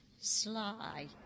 Sly